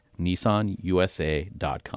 NissanUSA.com